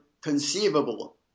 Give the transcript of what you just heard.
conceivable